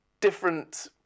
different